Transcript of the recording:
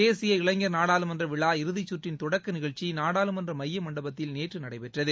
தேசிய இளைஞர் நாடாளுமன்ற விழா இறுதிச்சுற்றின் தொடக்க நிகழ்ச்சி நாடாளுமன்ற மைய மண்டபத்தில் நேற்று நடைபெற்றது